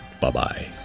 bye-bye